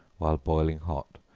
while boiling hot,